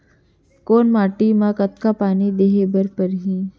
कोन माटी म कतका पानी देहे बर परहि?